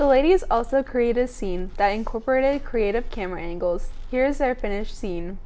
the ladies also create a scene that incorporate a creative camera angles here's their finished scene